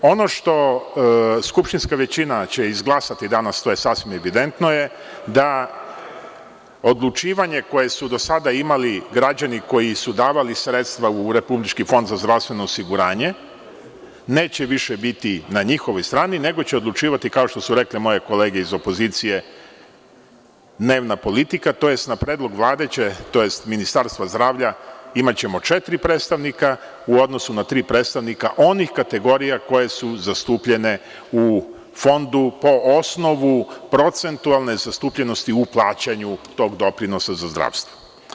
Ono što skupštinska većina će izglasati danas tj. sasvim evidentno je, da odlučivanje koje su do sada imali građani koji su davali sredstava u Republički fond za zdravstveno osiguranje neće više biti na njihovoj strani, nego će odlučivati, kao što su rekle moje kolege iz opozicije, dnevna politika tj. na predlog Ministarstva zdravlja imaćemo četiri predstavnika u odnosu na tri predstavnika onih kategorija koje su zastupljene u Fondu po osnovu procentualne zastupljenosti u plaćanju tog doprinosa za zdravstvo.